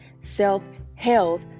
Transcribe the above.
self-health